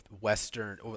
Western